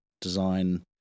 design